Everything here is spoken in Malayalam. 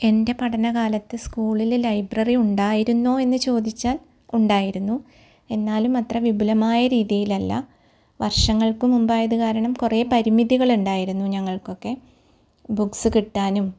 എന്റെ പഠന കാലത്ത് സ്കൂളിൽ ലൈബ്രറി ഉണ്ടായിരുന്നോ എന്ന് ചോദിച്ചാല് ഉണ്ടായിരുന്നു എന്നാലും അത്ര വിപുലമായ രീതിയിലല്ല വര്ഷങ്ങള്ക്ക് മുമ്പ് ആയത് കാരണം കുറേ പരിമിതികളുണ്ടായിരുന്നു ഞങ്ങള്ക്കൊക്കെ ബുക്സ് കിട്ടാനും